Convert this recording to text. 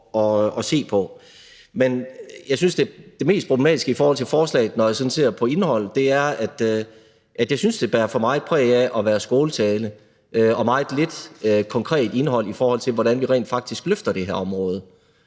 at se på. Men jeg synes, at det mest problematiske i forslaget, når jeg sådan ser på indholdet, er, at det bærer for meget præg af at være skåltale og har meget lidt konkret indhold i forhold til, hvordan vi rent faktisk løfter det her område.